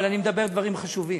אבל אני מדבר דברים חשובים.